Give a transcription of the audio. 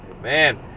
man